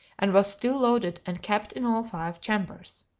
and was still loaded and capped in all five chambers.